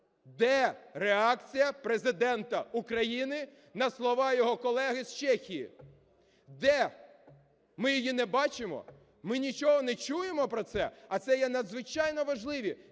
Де реакція Президента України на слова його колеги з Чехії? Де? Ми її не бачимо. Ми нічого не чуємо про це? А це є надзвичайно важливі,